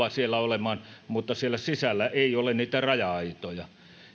siellä olemaan mutta siellä sisällä ei ole niitä raja aitoja